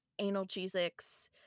analgesics